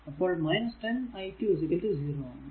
അപ്പോൾ 10 i2 0 ആണ്